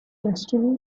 destiny